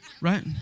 Right